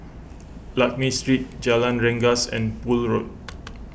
Lakme Street Jalan Rengas and Poole Road